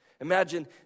Imagine